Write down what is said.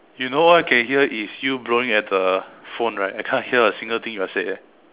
you know I can hear is you blowing at the phone right I can't hear a single thing you just said eh